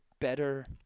better